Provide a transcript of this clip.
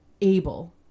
able